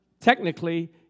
technically